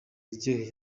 iryoheye